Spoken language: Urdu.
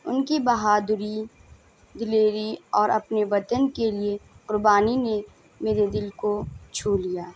ان کی بہادری دلیری اور اپنے وطن کے لیے قربانی نے میرے دل کو چھو لیا